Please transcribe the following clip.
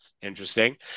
Interesting